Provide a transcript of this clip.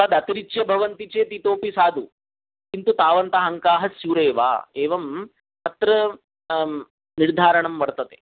तदतिरिच्य भवन्ति चेत् इतोऽपि साधु किन्तु तावन्तः अङ्काः श्यूरेव एवं तत्र निर्धारणं वर्तते